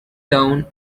town